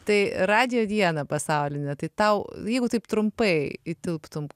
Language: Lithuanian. tai radijo dieną pasaulinę tai tau jeigu taip trumpai įtilptum